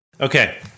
Okay